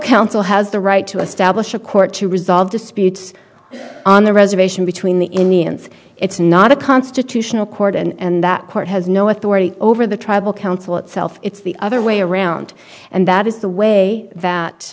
council has the right to establish a court to resolve disputes on the reservation between the indians it's not a constitutional court and that court has no authority over the tribal council itself it's the other way around and that is the way